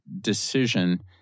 decision